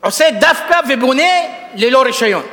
עושה דווקא ובונה ללא רשיון.